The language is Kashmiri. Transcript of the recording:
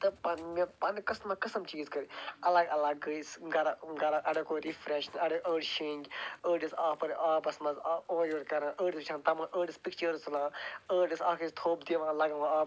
تہٕ پَتہٕ مےٚ پتہٕ قٕسمہٕ قٕسمہٕ چیٖز کٔرۍ اَلگ اَلگ گٔے اَڈیٚو کوٚر رِفریٚش أڈۍ شوٚنٛگۍ أڈۍ ٲسۍ آبَس منٛز اورٕ یور کران أڈۍ ٲسۍ وُچھان تَماشہٕ أڈۍ ٲسۍ پِکچٲرٕس تُلان أڈۍ ٲسۍ اَکھ اَکِس تھوٚپ دِوان لگاوان آبَس منٛز